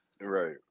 Right